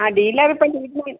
ആ ഡീലർ ഇപ്പോൾ